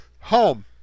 Home